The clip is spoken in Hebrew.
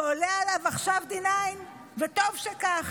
שעולה עליו עכשיו D9 וטוב שכך.